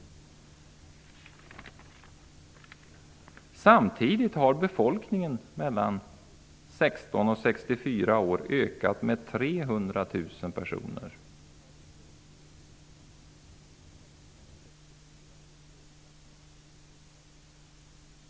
Samtidigt har befolkningen mellan 16 och 64 år ökat med 300 000 personer.